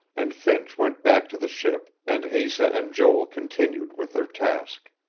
and finch went back to the ship, and asa and joel continued with their task.